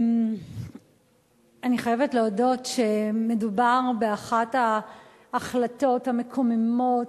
אני חייבת להודות שמדובר באחת ההחלטות המקוממות,